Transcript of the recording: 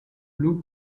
blue